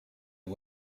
are